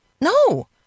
no